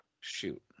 Shoot